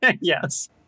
Yes